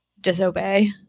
disobey